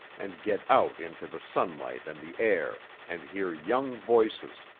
and get out into the sunlight and the air, and hear young voices,